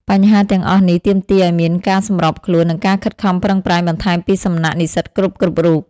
បញ្ហាទាំងអស់នេះទាមទារឲ្យមានការសម្របខ្លួន និងការខិតខំប្រឹងប្រែងបន្ថែមពីសំណាក់និស្សិតគ្រប់ៗរូប។